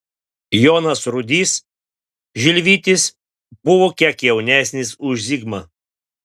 jonas rudys žilvytis buvo kiek jaunesnis už zigmą